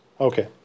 Okay